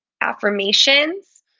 affirmations